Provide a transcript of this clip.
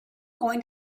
going